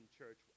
church